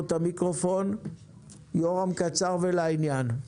קצר ולעניין.